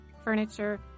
furniture